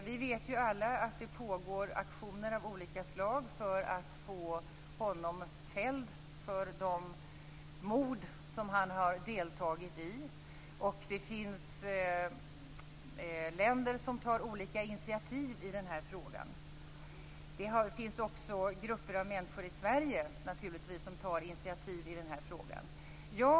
Vi vet alla att det pågår aktioner av olika slag för att få honom fälld för de mord som han har deltagit i. Det finns länder som tar olika initiativ i denna fråga. Det finns också grupper av människor i Sverige, naturligtvis, som tar initiativ i denna fråga.